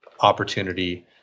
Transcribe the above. opportunity